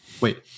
Wait